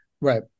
right